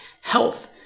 health